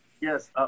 Yes